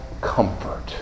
comfort